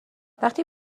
وقتی